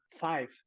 five